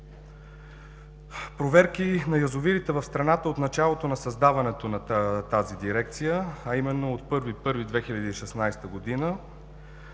проверки на язовирите в страната от началото на създаването на тази дирекция, а именно от 1 януари